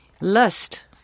lust